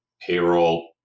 payroll